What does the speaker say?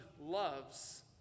loves